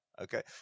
Okay